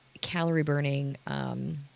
calorie-burning